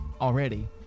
already